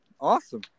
Awesome